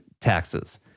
taxes